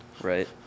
Right